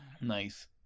Nice